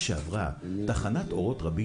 קמו בשנות ה-80.